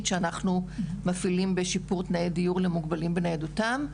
שאנחנו מפעילים בשיפור תנאי דיור למוגבלים בניידותם.